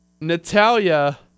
Natalia